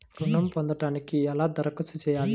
ఋణం పొందటానికి ఎలా దరఖాస్తు చేయాలి?